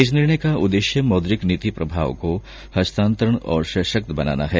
इस निर्णय का उद्देश्य मौद्रिक नीति प्रभाव को हस्तान्तरण और सशक्त बनाना है